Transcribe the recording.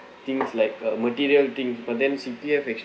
things like a material thing but then C_P_F actually